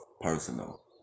personal